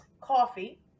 coffee